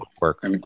work